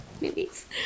movies